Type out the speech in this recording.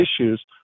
issues